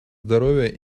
здоровья